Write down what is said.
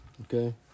Okay